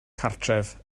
cartref